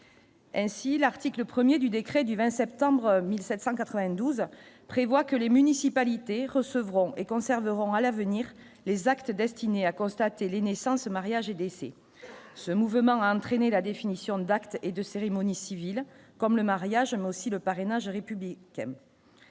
Ainsi, l'article 1er du décret du 20 septembre 1792 prévoit que les municipalités recevront et conserveront à l'avenir les actes destinés à constater les naissances, mariages et décès, ce mouvement a entraîné la définition d'actes et de cérémonie civile comme le mariage, mais aussi le parrainage République